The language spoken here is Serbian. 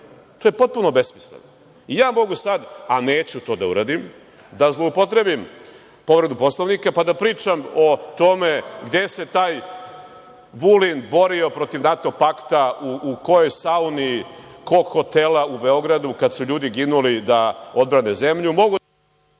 To je potpuno besmisleno. Ja mogu sad, a neću to da uradim, da zloupotrebim povredu Poslovnika, pa da pričam o tome gde se taj Vulin borio protiv NATO pakta, u kojoj sauni kog hotela u Beogradu kada su ljudi ginuli da odbrane zemlju.